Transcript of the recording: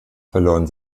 verloren